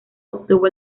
obtuvo